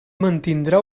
mantindrà